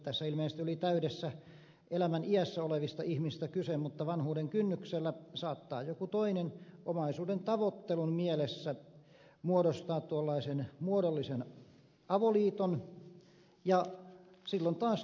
tässä ilmeisesti oli täydessä elämäniässä olevista ihmisistä kyse mutta vanhuuden kynnyksellä saattaa joku toinen omaisuuden tavoittelun mielessä muodostaa tuollaisen muodollisen avoliiton ja silloin taas tulee näitä ongelmia